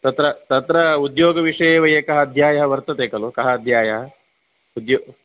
तत्र तत्र उद्योगविषये एव एकः अध्यायः वर्तते खलु कः अध्यायः उद्योग्